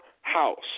house